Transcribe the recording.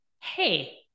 hey